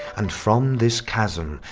and from this chasm,